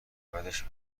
بدش